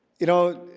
you know